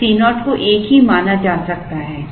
तो Co को एक ही माना जा सकता है